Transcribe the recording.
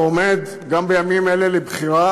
ועומד גם בימים אלה לבחירה,